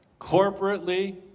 Corporately